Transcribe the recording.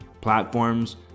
platforms